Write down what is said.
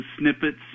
snippets